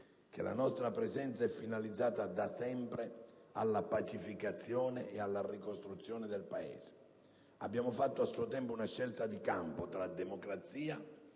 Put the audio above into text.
- la nostra presenza è finalizzata da sempre alla pacificazione e alla ricostruzione del Paese. Abbiamo fatto, a suo tempo, una scelta di campo tra democrazia